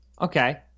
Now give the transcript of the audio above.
Okay